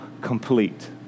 complete